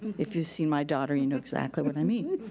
if you've seen my daughter, you know exactly what i mean.